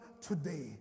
today